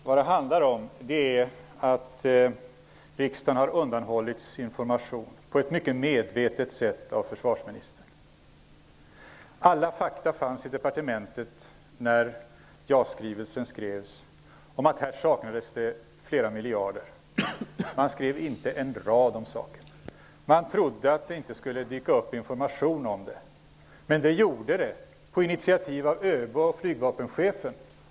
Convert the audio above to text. Herr talman! Vad det handlar om är att riksdagen har undanhållits information mycket medvetet av försvarsministern. Fakta fanns i departementet när JAS-skrivelsen gjordes om att det saknades flera miljarder. Man skrev inte en rad om saken. Man trodde att det inte skulle dyka upp information om det, men det gjorde det, efter initiativ från ÖB och flygvapenchefen.